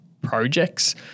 projects